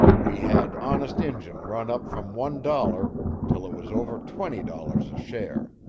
we had honest injun run up from one dollar till it was over twenty dollars a share.